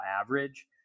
average